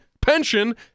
pension